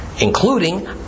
including